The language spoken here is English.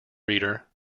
reader